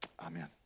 Amen